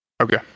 Okay